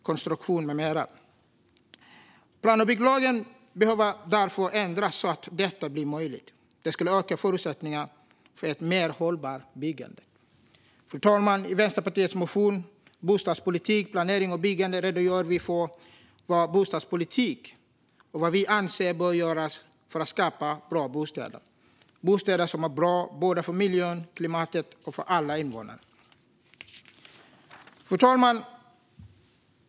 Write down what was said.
Plan och bygglagen behöver därför ändras så att detta blir möjligt. Det skulle öka förutsättningarna för ett mer hållbart byggande. Fru talman! I Vänsterpartiets motion Bostadspolitik, planering och byggande redogör vi för vår bostadspolitik och vad vi anser bör göras för att skapa bra bostäder, bostäder som är bra både för miljön och klimatet och för alla invånare. Fru talman!